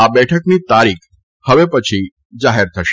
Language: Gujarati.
આ બેઠકની તારીખ હવે પછી જાહેર થશે